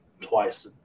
twice